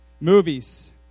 Movies